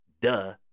Duh